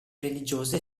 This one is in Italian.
religiose